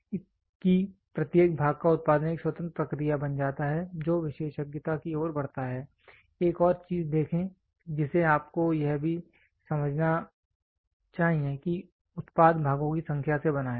इसलिए कि प्रत्येक भाग का उत्पादन एक स्वतंत्र प्रक्रिया बन जाता है जो विशेषज्ञता की ओर बढ़ता है एक और चीज देखें जिसे आपको यह भी समझना चाहिए कि उत्पाद भागों की संख्या से बना है